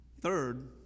Third